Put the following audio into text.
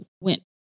went